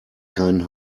keinen